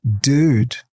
Dude